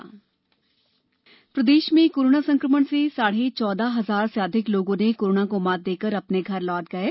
corona प्रदेश प्रदेश में कोरोना संकमण से साढ़े चौदह हजार से अधिक लोगों ने कोरोना को मात देकर अपने घर लौट गये